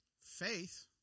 Faith